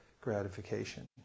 gratification